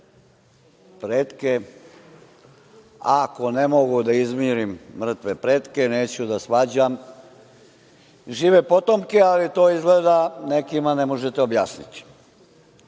pretke, a ako ne mogu da izmirim mrtve pretke, neću da svađam žive potomke. Ali, to izgleda nekima ne možete objasniti. Dame